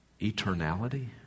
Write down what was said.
eternality